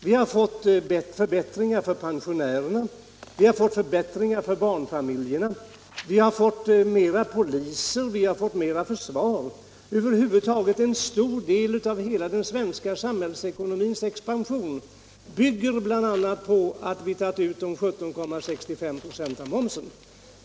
Vi har fått förbättringar för pensionärerna och för barnfamiljerna, vi har fått mera poliser och mera till försvaret. Över huvud taget bygger en stor del av hela den svenska samhällsekonomins expansion på att vi tagit ut de 17,65 26 av momsen.